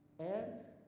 and